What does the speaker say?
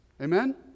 Amen